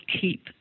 keep